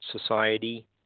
Society